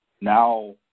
now